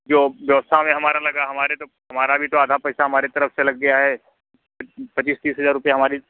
जो व्यवस्था में हमारा लगा हमारा तो हमारा पैसा आधा मेरे तरफ से लग गया है पच्चीस तीस हजार रुपया हमारी